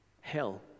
hell